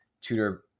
tutor